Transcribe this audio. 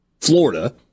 Florida